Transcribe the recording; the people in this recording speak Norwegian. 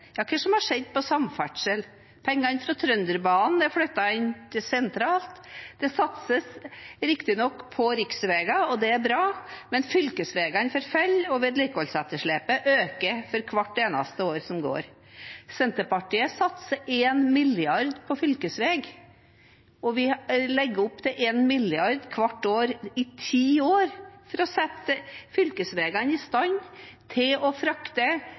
Hva har skjedd på samferdsel? Pengene til Trønderbanen er flyttet inn sentralt. Det satses riktignok på riksveier, og det er bra, men fylkesveiene forfaller, og vedlikeholdsetterslepet øker for hvert eneste år som går. Senterpartiet satser 1 mrd. kr på fylkesveier, og vi legger opp til 1 mrd. kr hvert år i ti år, for å sette fylkesveiene i stand til å frakte